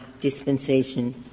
dispensation